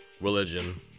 Religion